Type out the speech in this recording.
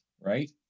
right